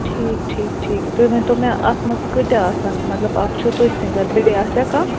ٹھیٖک ٹھیٖک ٹھیٖک تُہۍ ؤنۍتَو مےٚ اَتھ منٛز کۭتیاہ آسان مطلب اَکھ چھُو تُہۍ سِنٛگَر بیٚیہِ آسیٛا کانٛہہ